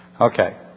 Okay